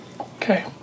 Okay